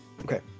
Okay